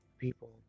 people